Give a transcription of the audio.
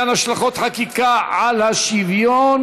חוות דעת בעניין השלכות חקיקה על השוויון),